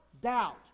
doubt